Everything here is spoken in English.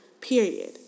period